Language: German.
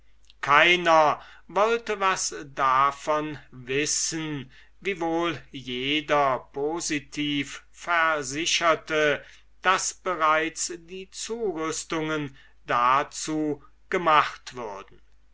keiner wollte was davon wissen wiewohl jeder positiv versicherte daß bereits die zurüstungen dazu gemacht würden